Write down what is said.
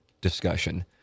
Discussion